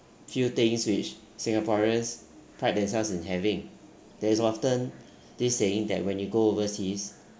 few things which singaporeans pride themselves in having there is often this saying that when you go overseas